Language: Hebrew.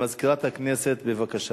מזכירת הכנסת, בבקשה.